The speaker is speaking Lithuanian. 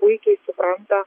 puikiai supranta